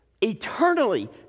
eternally